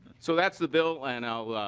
so that's the bill and